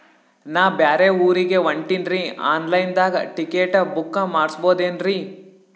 ನಾ ಬ್ಯಾರೆ ಊರಿಗೆ ಹೊಂಟಿನ್ರಿ ಆನ್ ಲೈನ್ ದಾಗ ಟಿಕೆಟ ಬುಕ್ಕ ಮಾಡಸ್ಬೋದೇನ್ರಿ?